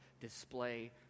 display